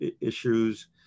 issues